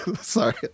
Sorry